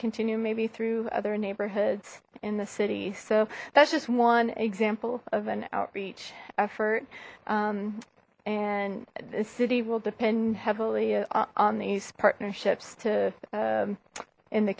continue maybe through other neighborhoods in the city so that's just one example of an outreach effort and the city will depend heavily on these partnerships to in the